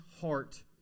heart